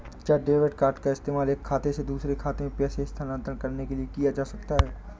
क्या debit card का इस्तेमाल एक खाते से दूसरे खाते में पैसे स्थानांतरण करने के लिए किया जा सकता है?